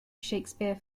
shakespeare